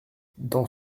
dans